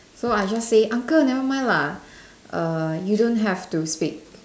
so I just say uncle never mind lah err you don't have to speak